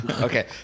Okay